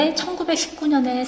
1919년에